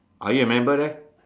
are you a member there